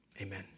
amen